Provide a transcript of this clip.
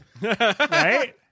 Right